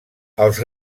els